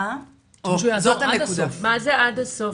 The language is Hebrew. מה זה עד הסוף?